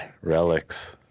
relics